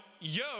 yo